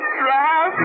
trap